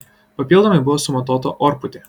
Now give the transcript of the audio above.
papildomai buvo sumontuota orpūtė